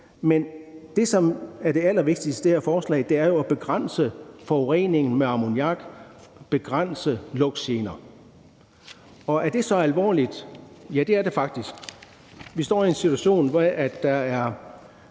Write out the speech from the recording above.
Men det, som er det allervigtigste i det her forslag, er jo at begrænse forureningen med ammoniak og begrænse lugtgener. Er det så alvorligt? Ja, det er det faktisk. Vi står i en situation, hvor der er